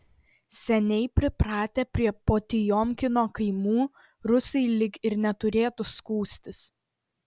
seniai pripratę prie potiomkino kaimų rusai lyg ir neturėtų skųstis